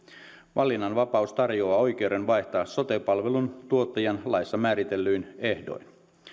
valinnanvapaus tarjoaa oikeuden vaihtaa sote palvelun tuottajaa laissa määritellyin ehdoin